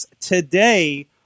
today